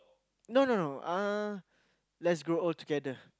no no no uh let's grow old together